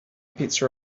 pizza